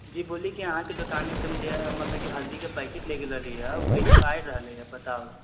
जी बोलली कि अहाँके दोकानमे तनी के मतलब कि हल्दी के पैकेट लै गेल रहली यऽ ओ एक्सपाइर रहलैक अय बताऊ